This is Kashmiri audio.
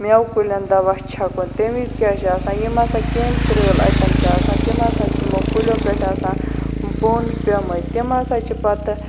میوٕ کُلٮ۪ن دَوہ چھَکُن تمہِ وِز کیاہ چھُ آسان یِم ہَسا کیٚمۍ کۭرل اَتٮ۪ن چھِ آسان تِم ہَسا چھِ یِمو کُلیٚو پٮ۪ٹھ آسان بۄن پیٚمٕتۍ تِم ہَسا چھِ پَتہٕ